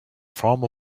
formed